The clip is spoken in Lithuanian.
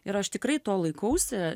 ir aš tikrai to laikausi